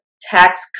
Tax